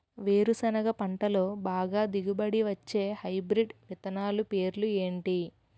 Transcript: వేరుసెనగ పంటలో బాగా దిగుబడి వచ్చే హైబ్రిడ్ విత్తనాలు పేర్లు ఏంటి?